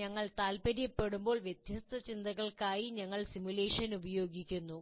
ഞങ്ങൾ താൽപ്പര്യപ്പെടുമ്പോൾ വ്യത്യസ്ത ചിന്തകൾക്കായി ഞങ്ങൾ സിമുലേഷൻ ഉപയോഗിക്കുന്നു